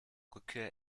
rückkehr